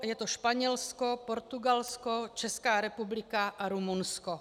Je to Španělsko, Portugalsko, Česká republika a Rumunsko.